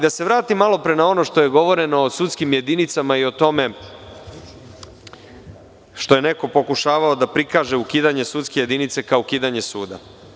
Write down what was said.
Da se vratim malo pre na ono što je govoreno o sudskim jedinicama i o tome što je neko pokušavao da prikaže ukidanje sudske jedinice kao ukidanje suda.